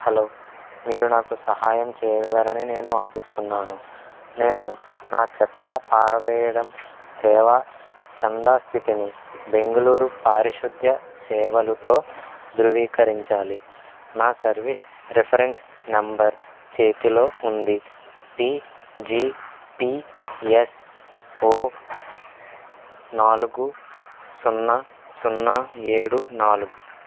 hello మీరు నాకు సహాయం చెయ్యగలరని నేను ఆశిస్తున్నాను నేను నా చెత్త పారవెయ్యడం సేవ చందా స్థితిని బెంగళూరు పారిశుధ్య సేవలుతో ధృవీకరించాలి నా సర్వీస్ రిఫరెన్స్ నంబర్ చేతిలో ఉంది బిజిపిఎస్ఓ నాలుగు సున్నా సున్నా ఏడు నాలుగు